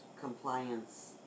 compliance